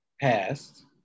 passed